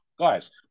guys